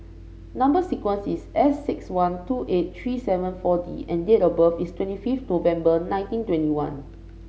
number sequence is S six one two eight three seven four D and date of birth is twenty five November nineteen twenty one